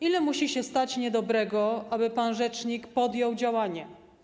Ile musi stać się niedobrego, aby pan rzecznik podjął działanie?